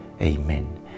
Amen